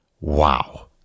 Wow